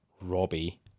robbie